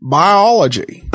biology